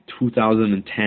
2010